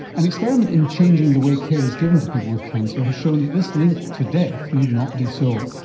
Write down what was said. an experiment in changing the way care is given to people with cancer has shown that this link to death need not be so,